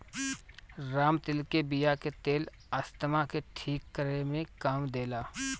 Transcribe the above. रामतिल के बिया के तेल अस्थमा के ठीक करे में काम देला